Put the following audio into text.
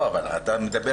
אבל אתה מדבר